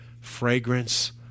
fragrance